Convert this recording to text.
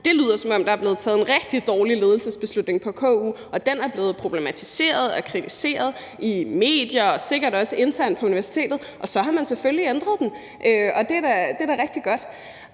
Det lyder, som om der er blevet taget en rigtig dårlig ledelsesbeslutning på KU, og den er blevet problematiseret og kritiseret i medier og sikkert også internt på universitetet, og så har man selvfølgelig ændret den, og det er da rigtig godt.